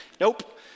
Nope